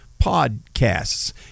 podcasts